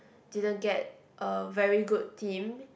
didn't get a very good team